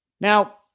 Now